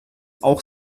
auch